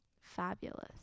Fabulous